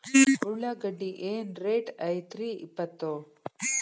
ಉಳ್ಳಾಗಡ್ಡಿ ಏನ್ ರೇಟ್ ಐತ್ರೇ ಇಪ್ಪತ್ತು?